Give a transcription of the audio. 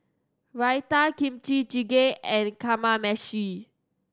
Raita Kimchi Jjigae and Kamameshi